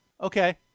okay